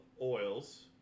oils